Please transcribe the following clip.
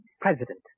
president